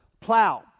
plow